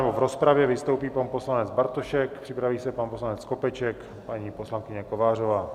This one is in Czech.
V rozpravě vystoupí pan poslanec Bartošek, připraví se pan poslanec Skopeček, paní poslankyně Kovářová.